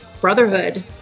brotherhood